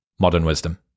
modernwisdom